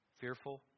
fearful